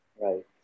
Right